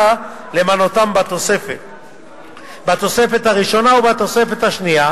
למנותן בתוספת הראשונה ובתוספת השנייה,